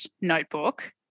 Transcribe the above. notebook